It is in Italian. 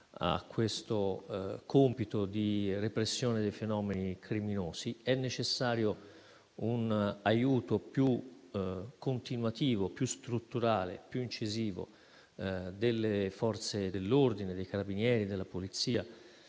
questo compito di repressione dei fenomeni criminosi. È necessario un aiuto più continuativo, più strutturale e incisivo delle Forze dell'ordine (Carabinieri, Polizia